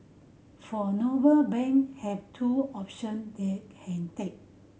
for Noble bank have two option they can take